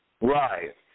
Right